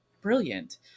brilliant